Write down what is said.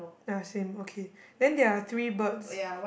ya same okay then there are three birds